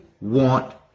want